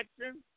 action